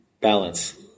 Balance